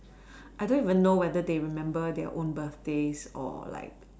I don't even know whether they remember their own birthdays or like